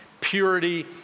purity